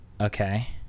okay